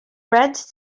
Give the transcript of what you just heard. brent